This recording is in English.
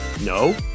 No